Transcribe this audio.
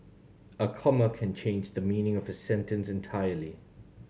a comma can change the meaning of a sentence entirely